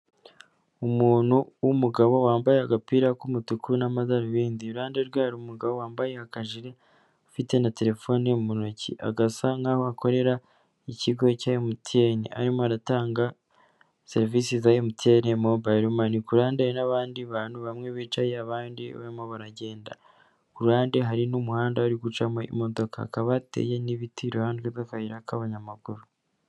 Umuntu w'umugabo wambaye agapira k'umutuku n'amadarubindi, iruhande rwe hari umugabo wambaye akajiri ufite na telefone mu ntoki, agasa nkaho akorera ikigo cya MTN arimo aratanga serivisi za MTN mobayilo mani ku ruhande hari n'abandi bantu bamwe bicaye abandi barimo baragenda, ku ruhande hari n'umuhanda urimo gucamo imodoka, hakaba hateye n'ibiti iruhande rw'akayira k'abanyamaguru.